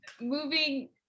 moving